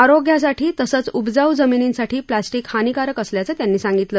आरोग्यासाठी तसंच उपजाऊ जमिनींसाठी प्लास्टिक हानीकारक असल्याचं त्यांनी सांगितलं